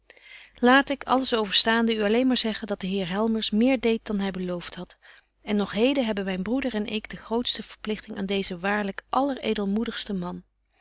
laat ik alles overstaande u alleen maar zeggen dat de heer helmers meer deedt dan hy belooft hadt en nog heden hebben myn broeder en ik de grootste verpligting aan deezen waarlyk alleredelmoedigsten man